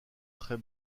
très